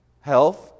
Health